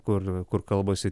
kur kur kalbasi